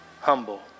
humble